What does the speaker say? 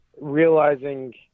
realizing